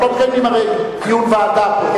אנחנו לא מקיימים, הרי, דיון ועדה פה.